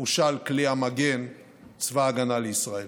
וחושל כלי המגן צבא ההגנה לישראל.